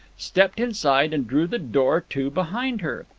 stepped inside and drew the door to behind her.